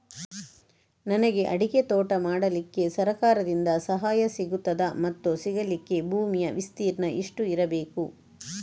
ನನಗೆ ಅಡಿಕೆ ತೋಟ ಮಾಡಲಿಕ್ಕೆ ಸರಕಾರದಿಂದ ಸಹಾಯ ಸಿಗುತ್ತದಾ ಮತ್ತು ಸಿಗಲಿಕ್ಕೆ ಭೂಮಿಯ ವಿಸ್ತೀರ್ಣ ಎಷ್ಟು ಇರಬೇಕು?